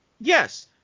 Yes